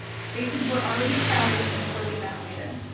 spaces were already crowded and poorly ventilated.